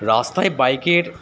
রাস্তায় বাইকের